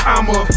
I'ma